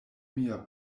mia